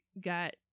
got